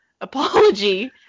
apology